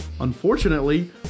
Unfortunately